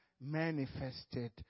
manifested